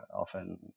often